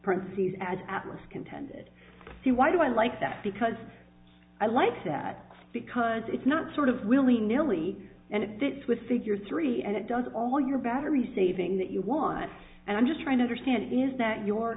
princess as atlas contended see why do i like that because i like that because it's not sort of willy nilly and it fits with figure three and it does all your battery saving that you want and i'm just trying to understand is that your